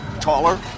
Taller